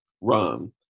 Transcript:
rum